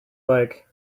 like